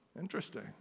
Interesting